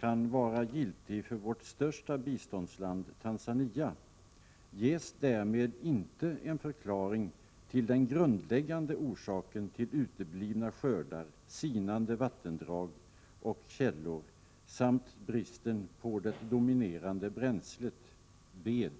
kan vara giltig för vårt största biståndsland, Tanzania, ges därmed inte en förklaring till den grundläggande orsaken till uteblivna skördar, sinande vattendrag och vattenkällor samt bristen på det dominerande bränslet, ved.